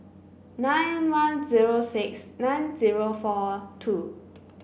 nine one zero six nine zero four two